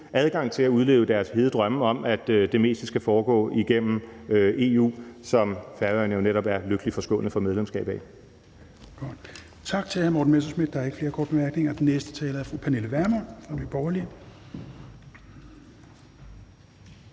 adgang til at udleve deres hede drømme om, at det meste skal foregå igennem EU, som Færøerne jo netop er lykkeligt forskånet for medlemskab af.